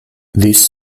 this